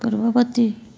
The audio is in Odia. ପୂର୍ବବର୍ତ୍ତୀ